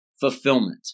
fulfillment